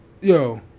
Yo